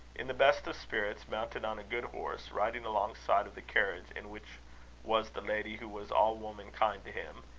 in the best of spirits, mounted on a good horse, riding alongside of the carriage in which was the lady who was all womankind to him,